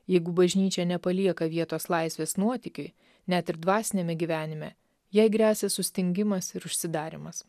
jeigu bažnyčia nepalieka vietos laisvės nuotykiui net ir dvasiniame gyvenime jai gresia sustingimas ir užsidarymas